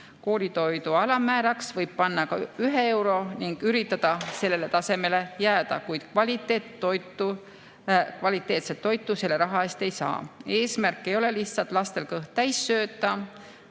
Koolitoidu alammääraks võib panna ka 1 euro ning üritada sellele tasemele jääda, kuid kvaliteetset toitu selle raha eest ei saa. Eesmärk ei ole lihtsalt lastel kõht täis sööta,